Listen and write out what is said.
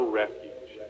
refuge